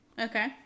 Okay